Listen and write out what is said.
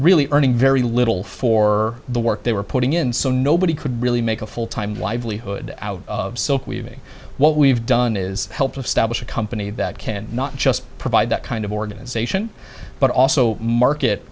really earning very little for the work they were putting in so nobody could really make a full time livelihood out of silk weaving what we've done is help of stablish a company that can not just provide that kind of organization but also market